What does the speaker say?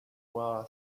well